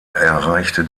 erreichte